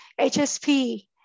HSP